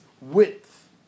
width